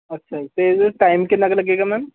ਅੱਛਾ ਜੀ ਅਤੇ ਇਹਦੇ 'ਚ ਟਾਈਮ ਕਿੰਨਾਂ ਕੁ ਲੱਗੇਗਾ ਮੈਮ